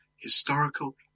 historical